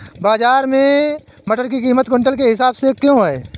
बाजार में मटर की कीमत क्विंटल के हिसाब से क्यो है?